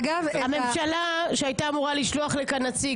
הממשלה שהייתה אמורה לשלוח לכאן נציג